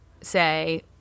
say